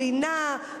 לינה,